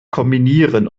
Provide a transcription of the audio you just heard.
kombinieren